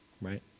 right